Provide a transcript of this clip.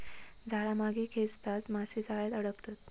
जाळा मागे खेचताच मासे जाळ्यात अडकतत